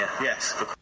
Yes